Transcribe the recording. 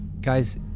Guys